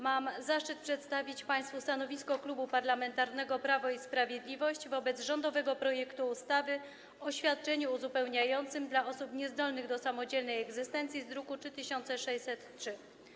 Mam zaszczyt przedstawić państwu stanowisko Klubu Parlamentarnego Prawo i Sprawiedliwość wobec rządowego projektu ustawy o świadczeniu uzupełniającym dla osób niezdolnych do samodzielnej egzystencji z druku nr 3603.